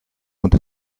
und